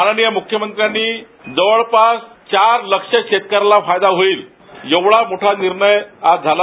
माननिय मुख्यमंत्र्यानी जवळपास चार लक्ष शेतकऱ्यांना फायदा होईल एवढा मोठा निर्णय आज झाला